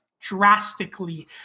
drastically